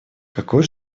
какой